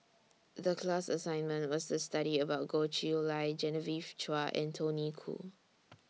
The class assignment was The study about Goh Chiew Lye Genevieve Chua and Tony Khoo